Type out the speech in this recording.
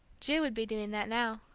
ju would be doing that now.